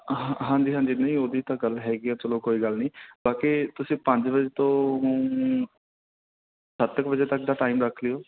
ਹਾਂਜੀ ਹਾਂਜੀ ਨਹੀਂ ਉਹ ਦੀ ਤਾਂ ਗੱਲ ਹੈਗੀ ਆ ਚਲੋ ਕੋਈ ਗੱਲ ਨਹੀਂ ਬਾਕੀ ਤੁਸੀਂ ਪੰਜ ਵਜੇ ਤੋਂ ਸੱਤ ਕੁ ਵਜੇ ਤੱਕ ਦਾ ਟਾਈਮ ਰੱਖ ਲਿਓ